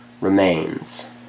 remains